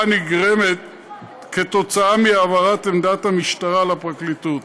הנגרמת מהעברת עמדת המשטרה לפרקליטות.